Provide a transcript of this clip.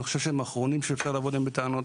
אני חושב שהם האחרונים שאפשר לבוא אליהם בטענות.